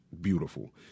beautiful